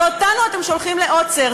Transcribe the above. ואותנו אתם שולחים לעוצר,